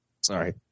Sorry